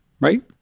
right